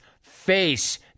face